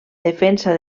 defensa